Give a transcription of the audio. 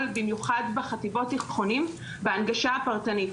במיוחד בחטיבות תיכונים בהנגשה פרטנית.